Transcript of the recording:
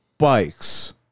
Bikes